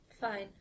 fine